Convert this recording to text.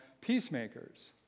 peacemakers